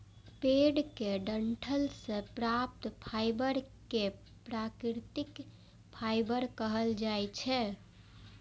पेड़क डंठल सं प्राप्त फाइबर कें प्राकृतिक फाइबर कहल जाइ छै